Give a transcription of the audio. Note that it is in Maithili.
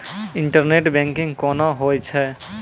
इंटरनेट बैंकिंग कोना होय छै?